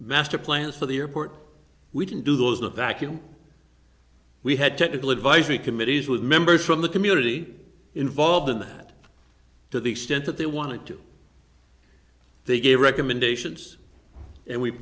master plans for the airport we can do those the vacuum we had technical advisory committees with members from the community involved in that to the extent that they wanted to they gave recommendations and we've